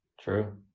true